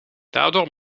daardoor